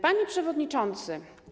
Panie Przewodniczący!